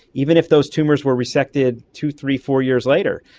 even if those tumours were resected two, three, four years later,